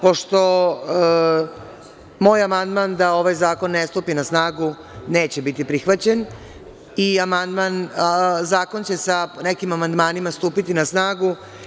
Pošto moj amandman da ovaj zakon ne stupi na snagu neće biti prihvaćen i zakon će sa ponekim amandmanima stupiti na snagu.